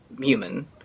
human